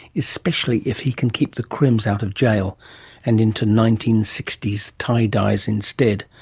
especially if he can keep the crims out of jail and into nineteen sixty s tie-dyes instead.